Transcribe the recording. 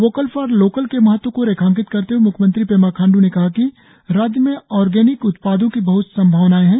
vocal for local के महत्व को रेखांकित करते हुए मुख्यमंत्री पेमा खांडू ने कहा कि राज्य में ऑर्गेनिक उत्पादों की बहत संभावनाएं है